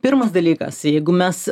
pirmas dalykas jeigu mes